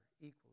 equally